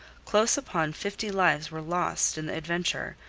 close upon fifty lives were lost in the adventure,